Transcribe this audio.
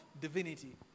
divinity